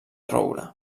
roure